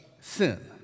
sin